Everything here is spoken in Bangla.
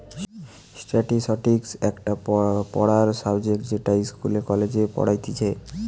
স্ট্যাটিসটিক্স একটা পড়ার সাবজেক্ট যেটা ইস্কুলে, কলেজে পড়াইতিছে